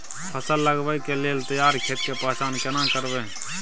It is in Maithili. फसल लगबै के लेल तैयार खेत के पहचान केना करबै?